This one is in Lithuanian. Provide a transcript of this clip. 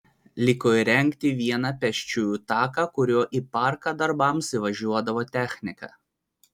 liko įrengti vieną pėsčiųjų taką kuriuo į parką darbams įvažiuodavo technika